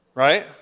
Right